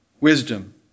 wisdom